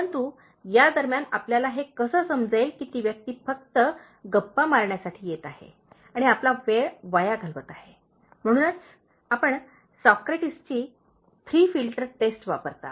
परंतु यादरम्यान आपल्याला हे कसे समजेल की ती व्यक्ती फक्त गप्पा मारण्यासाठी येत आहे आणि आपला वेळ वाया घालवित आहे म्हणूनच आपण सॉक्रेटिसची थ्री फिल्टर टेस्ट वापरता